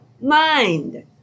mind